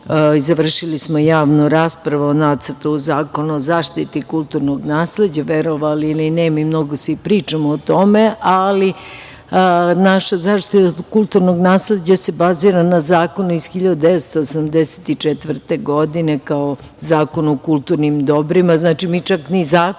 i završili smo javnu raspravu o Nacrtu zakona o zaštiti kulturnog nasleđa. Verovali ili ne, mi mnogo svi pričamo o tome, ali naša zaštita kulturnog nasleđa se bazira na zakonu iz 1984. godine kao Zakon o kulturnim dobrima. Znači, mi čak ni zakon